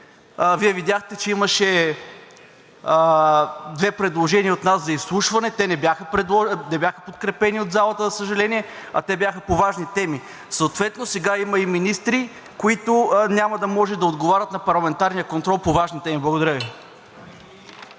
Вие видяхте, че имаше две предложения от нас за изслушване, те не бяха подкрепени от залата, за съжаление, а те бяха по важни теми. Съответно сега има и министри, които няма да може да отговарят на парламентарния контрол по важни теми. Благодаря Ви.